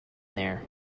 there